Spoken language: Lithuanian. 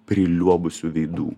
priliuobusių veidų